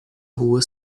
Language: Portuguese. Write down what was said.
rua